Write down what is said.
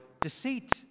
deceit